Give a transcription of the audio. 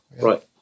Right